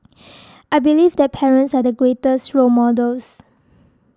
I believe that parents are the greatest role models